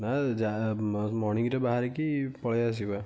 ନା ମର୍ଣ୍ଣିଂରେ ବାହାରି କି ପଳାଇଆସିବା